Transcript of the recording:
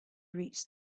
reached